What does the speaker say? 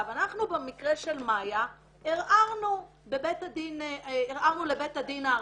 במקרה של מ"פ ערערנו לבית הדין הארצי,